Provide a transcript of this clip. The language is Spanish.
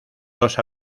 dos